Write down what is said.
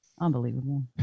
Unbelievable